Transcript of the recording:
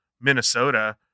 minnesota